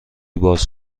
باز